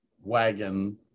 wagon